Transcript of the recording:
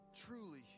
truly